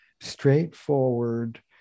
straightforward